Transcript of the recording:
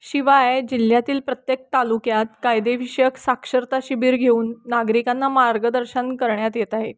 शिवाय जिल्ह्यातील प्रत्येक तालुक्यात कायदेविषयक साक्षरता शिबिर घेऊन नागरिकांना मार्गदर्शन करण्यात येत आहे